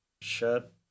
shut